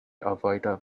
avoided